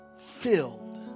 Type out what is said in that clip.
filled